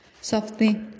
softly